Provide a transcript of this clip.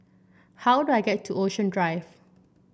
how do I get to Ocean Drive